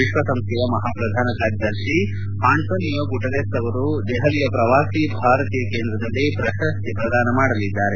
ವಿಶ್ವಸಂಸ್ಥೆಯ ಮಹಾಕಾರ್ಯದರ್ತಿ Antonio Guterres ಆವರು ದೆಹಲಿಯ ಪ್ರವಾಸಿ ಭಾರತೀಯ ಕೇಂದ್ರದಲ್ಲಿ ಪ್ರಶಸ್ತಿ ಪ್ರದಾನ ಮಾಡಲಿದ್ಲಾರೆ